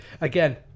again